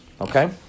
Okay